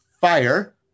fire